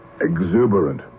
exuberant